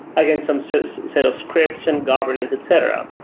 again, some so so set of scripts and governance, etc.